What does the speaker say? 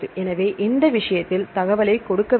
எனவே இந்த விஷயத்தில் தகவலைக் கொடுக்க வேண்டும்